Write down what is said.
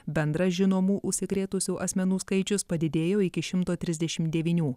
bendras žinomų užsikrėtusių asmenų skaičius padidėjo iki šimto trisdešimt devynių